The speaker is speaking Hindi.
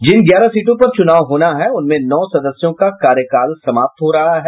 जिन ग्यारह सीटों पर चुनाव होना है उनमें नौ सदस्यों का कार्यकाल समाप्त हो रहा है